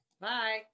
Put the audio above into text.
Bye